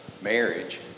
marriage